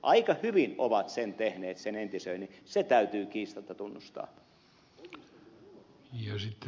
aika hyvin ovat sen entisöinnin tehneet se täytyy kiistatta tunnustaa